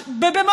בגן?